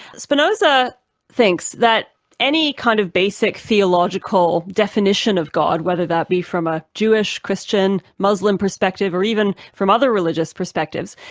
spinoza thinks that any kind of basic theological definition of god, whether that be from a jewish, christian, muslim perspective, or even from other religious perspectives,